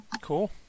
Cool